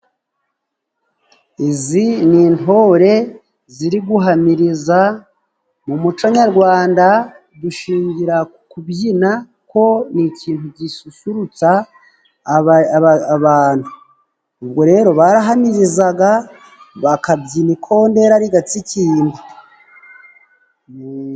Izi ni intore ziri guhamiriza, mu muco nyagwanda dushingira ku kubyina ko ni ikintu gisusurutsa abantu. Ubwo rero barahamirizaga bakabyina, ikondera rigatsikimba.